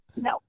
no